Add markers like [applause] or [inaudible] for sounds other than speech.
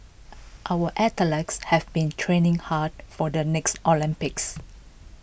our [unintelligible] have been training hard for the next Olympics